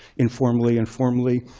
informally and formally.